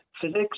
physics